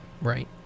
right